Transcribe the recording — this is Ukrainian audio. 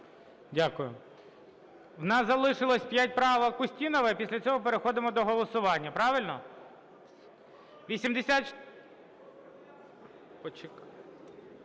Дякую. У нас залишилося п'ять правок. Устінова. І після цього переходимо до голосування. Правильно?